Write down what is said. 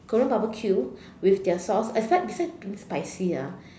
Korean barbecue with their sauce aside beside being spicy ah